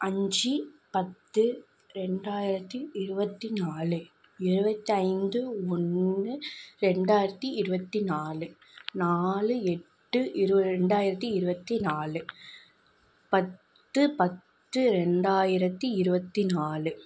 அஞ்சு பத்து ரெண்டாயிரத்தி இருபத்தி நாலு இருபத்தி ஐந்து ஒன்று ரெண்டாயிரத்தி இருபத்தி நாலு நாலு எட்டு இருவ ரெண்டாயிரத்தி இருபத்தி நாலு பத்து பத்து ரெண்டாயிரத்தி இருபத்தி நாலு